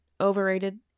overrated